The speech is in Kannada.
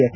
ಎಫ್